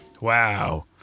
Wow